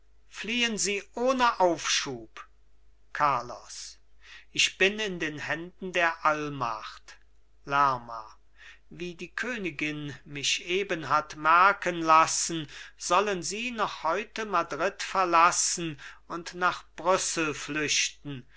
fliehen sie ohne aufschub carlos ich bin in den händen der allmacht lerma wie die königin mich eben hat merken lassen sollen sie noch heute madrid verlassen und nach brüssel flüchten